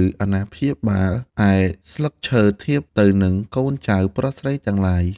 ឬអាណាព្យាបាល ឯស្លឹកឈើធៀបទៅនិងកូនចៅប្រុសស្រីទាំងឡាយ។